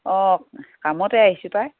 অঁ কামতে আহিছোঁ পাই